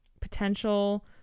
potential